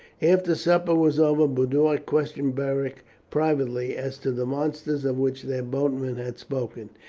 after supper was over boduoc questioned beric privately as to the monsters of which their boatman had spoken.